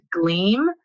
gleam